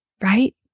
right